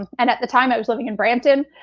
and at the time, i was living in brampton,